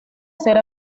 ser